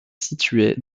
située